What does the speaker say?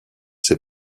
ses